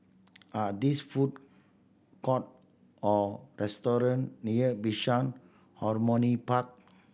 are these food court or restaurant near Bishan Harmony Park